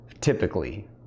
typically